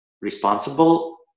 responsible